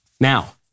Now